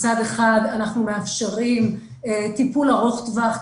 מצד אחד אנחנו מאפשרים טיפול ארוך טווח,